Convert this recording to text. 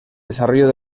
desarrollo